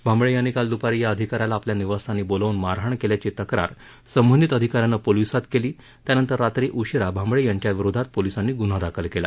भांबळे यांनी काल दुपारी या अधिका याला आपल्या निवासस्थानी बोलावून मारहाण केल्याची तक्रार संबंधित अधिका यानं पोलिसात केली त्यानंतर रात्री उशिरा भांबळे यांच्या विरोधात पोलिसांनी गुन्हा दाखल केला